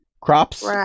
crops